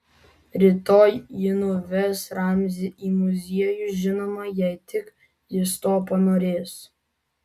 rytoj ji nuves ramzį į muziejų žinoma jei tik jis to panorės